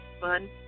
fun